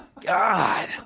God